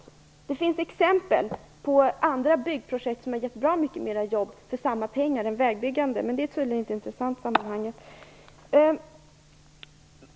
Det finns exempel på andra byggprojekt som har givit bra många fler jobb än vägbyggande för samma pengar. Men det är tydligen inte intressant i sammanhanget.